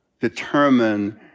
determine